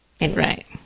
right